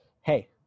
hey